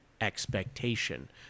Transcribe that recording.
expectation